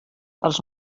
els